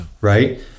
right